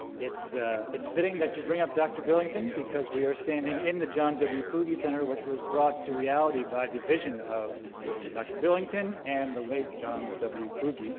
it's it's fitting that you bring up dr. billington because we are standing in the john w. kluge center, which was brought to reality by the vision of dr. billington and the late john w. kluge.